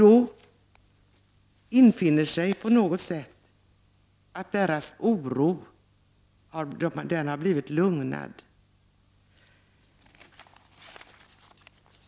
Då har deras oro på något sätt blivit lugnad.